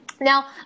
Now